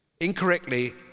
incorrectly